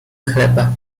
chleba